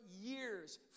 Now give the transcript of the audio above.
years